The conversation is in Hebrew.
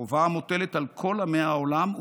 זוהי חובה המוטלת על כל עמי העולם,